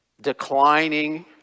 declining